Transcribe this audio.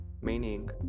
meaning